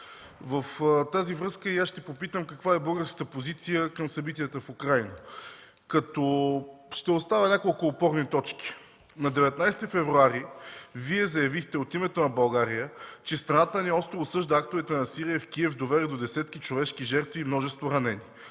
с това и аз ще попитам каква е българската позиция към събитията в Украйна? Ще оставя няколко опорни точки: на 19 февруари 2014 г. Вие заявихте от името на България, че страната ни остро осъжда актовете на насилие в Киев, довели до десетки човешки жертви и множество ранени,